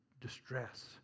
distress